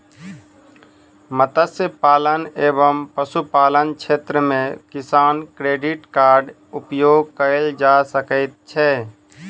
मत्स्य पालन एवं पशुपालन क्षेत्र मे किसान क्रेडिट कार्ड उपयोग कयल जा सकै छै